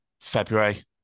February